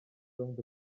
rownd